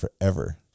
forever